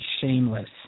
shameless